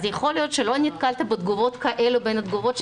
אז יכול להיות שלא נתקלת בתגובות כאלו בין התגובות שקיבלת,